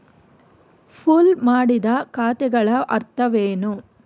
Pool ಮಾಡಿದ ಖಾತೆಗಳ ಅರ್ಥವೇನು?